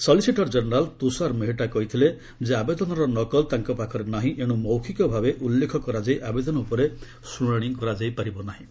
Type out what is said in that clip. solicitor general Tushar Mehta କହିଥିଲେ ଯେ ଆବେଦନର ନକଲ ତାଙ୍କ ପାଖରେ ନାହିଁ ଏଣୁ ମୌଖିକ ଭାବେ ଉଲ୍ଲେଖ କରାଯାଇ ଆବେଦନ ଉପରେ ଶୁଣାଣି କରାଯାଇ ପାରିବ ନାହିଁ